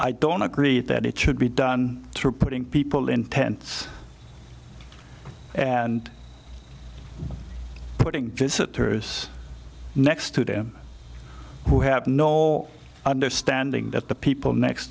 i don't agree that it should be done through putting people in tents and putting visitors next to them who have no more understanding that the people next